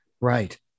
Right